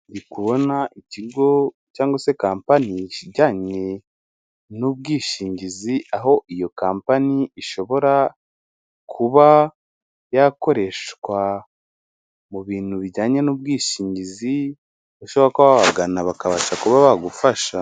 Ndi kubona ikigo cyangwa se kampani ijyanye n'ubwishingizi; aho iyo kampani ishobora kuba yakoreshwa mu bintu bijyanye n'ubwishingizi, ushobora kuba wabagana bakabasha kuba bagufasha.